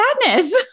sadness